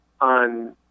on